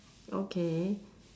okay